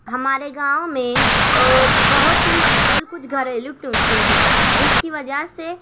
ہمارے گاؤں میں بہت ہی مقبول کچھ گھریلو ٹوٹکے ہیں جس کی وجہ سے